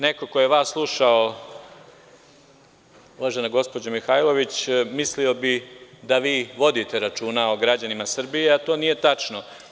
Neko ko je vas slušao, uvažena gospođo Mihajlović, mislio bi da vi vodite računa o građanima Srbije, a to nije tačno.